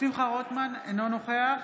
שמחה רוטמן, אינו נוכח